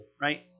right